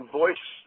voice